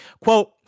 Quote